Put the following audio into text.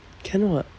can [what]